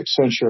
Accenture